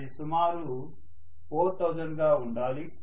అది సుమారు 4000 గా ఉండాలి